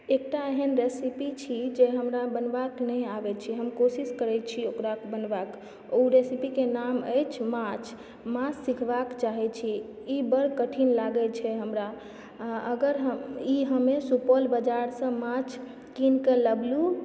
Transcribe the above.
एकटा एहन रेसीपी छी जे हमरा बनेबाक नहि आबैत छै हम कोशिश करैत छी ओकरा बनेबक ओ रेसीपीके नाम अछि माछ माछ सिखबाक चाहय छी ई बड़ कठिन लागैत छै हमरा अगर ई हमे सुपौल बजारसँ माछ किनकऽ लबलुँ